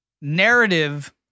Narrative